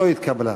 לא התקבלה.